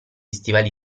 stivali